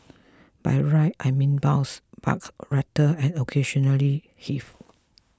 by ride I mean bounce buck rattle and occasionally heave